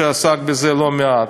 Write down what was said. שעסק בזה לא מעט.